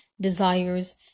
desires